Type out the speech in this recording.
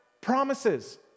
promises